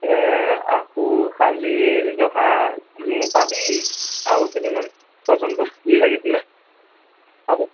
আহু শালি জহা পাবি আৰু কেইটামান কচোন তোক কি লাগিছিলে